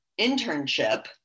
internship